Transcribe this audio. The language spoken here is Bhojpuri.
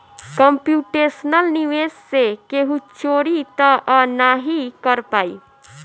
कम्प्यूटेशनल निवेश से केहू चोरी तअ नाही कर पाई